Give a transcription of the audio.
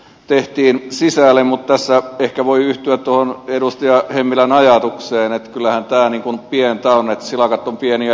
tehtiin sisälle mutta se ehkä voi yhtyä tuohon edustaja hemmilän ajatukseen yllättää nipun pientalon etsivä pieniä